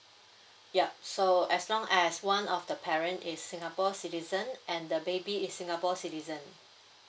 yup so as long as one of the parent is singapore citizen and the baby is singapore citizen